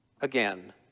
Again